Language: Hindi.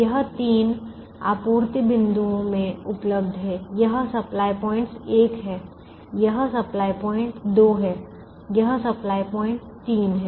यह तीन आपूर्ति बिंदुओं में उपलब्ध है यह सप्लाय पॉइंट एक है यह सप्लाय पॉइंट दो है यह सप्लाय पॉइंट तीन है